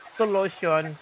solution